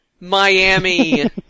Miami